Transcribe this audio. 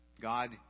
God